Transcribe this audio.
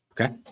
Okay